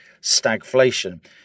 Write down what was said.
stagflation